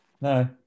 No